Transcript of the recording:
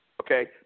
Okay